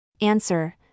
Answer